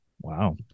Wow